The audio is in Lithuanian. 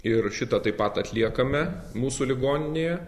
ir šitą taip pat atliekame mūsų ligoninėje